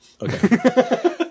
Okay